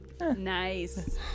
Nice